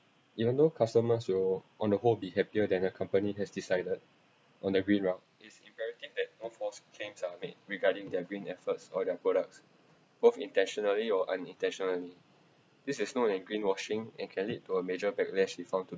even though customers will on the whole be happier than a company has decided on a green run it's imperative that no false claims are made regarding their green efforts or their products both intentionally or unintentionally this is not a greenwashing and can lead to a major backlash they found to